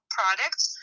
products